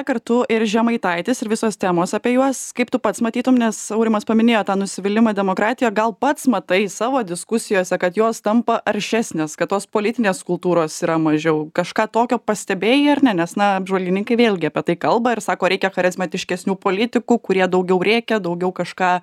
kartu ir žemaitaitis ir visos temos apie juos kaip tu pats matytum nes aurimas paminėjo tą nusivylimą demokratija gal pats matai savo diskusijose kad jos tampa aršesnės kad tos politinės kultūros yra mažiau kažką tokio pastebėjai ar ne nes na apžvalgininkai vėlgi apie tai kalba ir sako reikia charizmatiškesnių politikų kurie daugiau rėkia daugiau kažką